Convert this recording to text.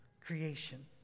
creation